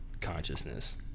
consciousness